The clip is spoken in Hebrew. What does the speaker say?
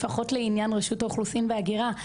לפחות לעניין רשות האוכלוסין וההגירה.